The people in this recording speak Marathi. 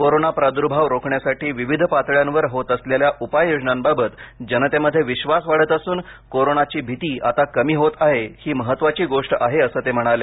कोरोना प्रादुर्भाव रोखण्यासाठी विविध पातळ्यांवर होत असलेल्या उपाय योजनांबाबत जनतेमध्ये विश्वास वाढत असून कोरोनाची भीती आता कमी होत आहे ही महत्त्वाची गोष्ट आहे असं ते म्हणाले